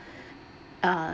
uh